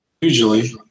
Usually